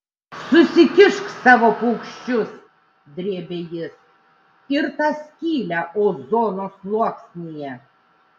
susikišk savo paukščius drėbė jis ir tą skylę ozono sluoksnyje